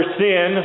sin